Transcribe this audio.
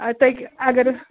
آ تتہِ اگرٕ